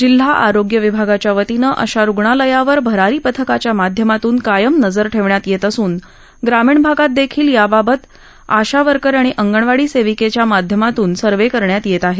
जिल्हा आरोग्य विभागाच्या वतीनं अशा रुग्णालयावर भरारी पथकाच्या माध्यमातून कायम नजर ठेवण्यात येत असून ग्रामीण भागात देखील या बाबत आशा वर्कर आणि अंगणवाडी सेविकेचा माध्यमातून सर्वे करण्यात येत आहेत